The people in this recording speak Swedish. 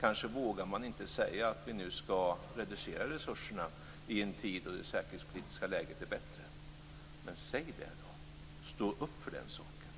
Kanske vågar man inte säga att vi nu skall reducera resurserna i en tid då det säkerhetspolitiska läget är bättre, men säg då det! Stå upp för den saken!